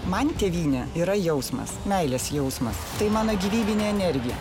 man tėvynė yra jausmas meilės jausmas tai mano gyvybinė energija